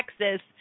Texas